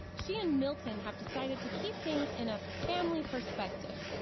she and milton have decided to keep things in a family perspective.